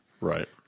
Right